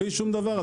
בלי שום דבר.